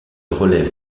relève